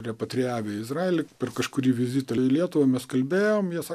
repatrijavę į izraelį per kažkurį vizitą į lietuvą mes kalbėjom jie sako